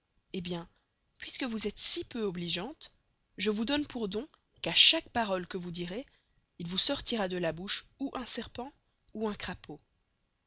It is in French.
et bien puisque vous estes si peu obligeante je vous donne pour don qu'à chaque parole que vous direz il vous sortira de la bouche ou un serpent ou un crapau